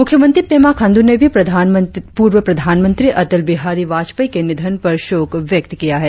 मुख्यमंत्री पेमा खाण्ड् ने भी पूर्व प्रधानमंत्री अटल बिहारी वाजपेयी के निधन पर शोक व्यक्त किया है